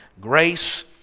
grace